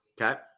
Okay